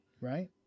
Right